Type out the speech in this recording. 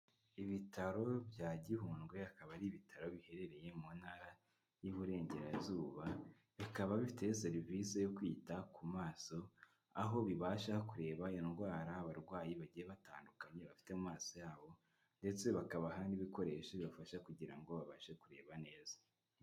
Ibitaro bya Gihundwe, akaba ari ibitaro biherereye mu ntara y'iburengerazuba, bikaba bifite serivise yo kwita ku maso, aho bibasha kureba indwara abarwayi bagiye batandukanye bafite mu maso yabo ndetse bakabaha n'ibikoresho bibafasha kugira ngo babashe kureba neza.